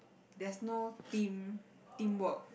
there's no team teamwork